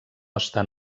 estan